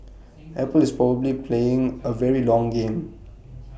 apple is probably playing A very long game